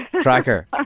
tracker